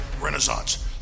renaissance